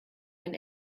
ein